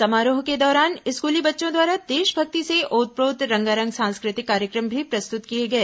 समारोह के दौरान स्कूली बच्चों द्वारा देशभक्ति से ओत प्रोत रंगारंग सांस्कृतिक कार्यक्रम भी प्रस्तुत किए गए